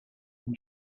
will